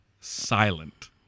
silent